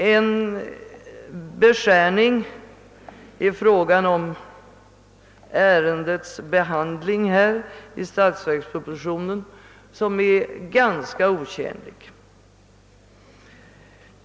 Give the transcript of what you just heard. Denna beskärning i fråga om ärendets behandling i statsverkspropositionen är otjänlig.